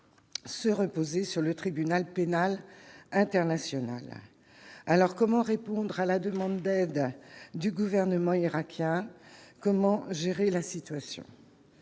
se reposer sur le Tribunal pénal international, alors comment répondre à la demande d'aide du gouvernement irakien, comment gérer la situation